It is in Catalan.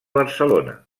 barcelona